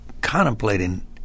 contemplating